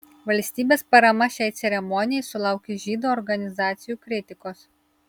valstybės parama šiai ceremonijai sulaukė žydų organizacijų kritikos